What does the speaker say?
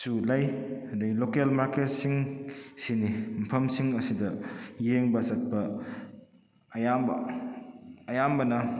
ꯁꯨ ꯂꯩ ꯑꯗꯩ ꯂꯣꯀꯦꯜ ꯃꯥꯔꯀꯦꯠꯁꯤꯡ ꯁꯤꯅꯤ ꯃꯐꯝꯁꯤꯡ ꯑꯁꯤꯗ ꯌꯦꯡꯕ ꯆꯠꯄ ꯑꯌꯥꯝꯕ ꯑꯌꯥꯝꯕꯅ